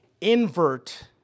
invert